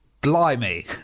Blimey